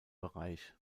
bereich